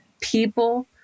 people